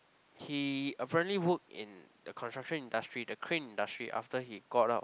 he apparently work in the construction industry the crane industry after he got out